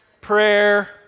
prayer